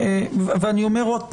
אני אומר עוד פעם,